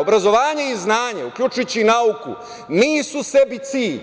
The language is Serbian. Obrazovanje i znanje, uključujući nauku, nisu sebi cilj,